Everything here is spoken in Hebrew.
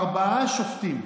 ארבעה שופטים.